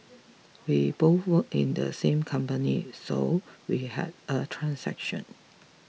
we both work in the same company so we had a transaction